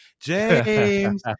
James